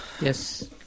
Yes